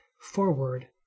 forward